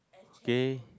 okay